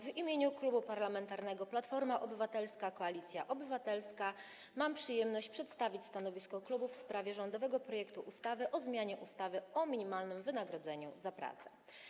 W imieniu Klubu Parlamentarnego Platforma Obywatelska - Koalicja Obywatelska mam przyjemność przedstawić stanowisko klubu w sprawie rządowego projektu ustawy o zmianie ustawy o minimalnym wynagrodzeniu za pracę.